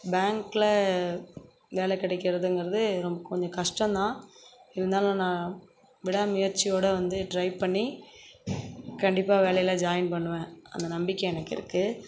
பேங்க்கில் வேலை கிடக்கிறதுங்கிறது ரொம்ப கொஞ்சம் கஷ்டம் தான் இருந்தாலும் நான் விடாமுயற்சியோட வந்து ட்ரை பண்ணி கண்டிப்பாக வேலையில் ஜாயின் பண்ணுவேன் அந்த நம்பிக்கை எனக்கு இருக்குது